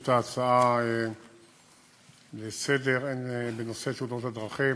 את ההצעות לסדר-היום בנושא תאונות הדרכים.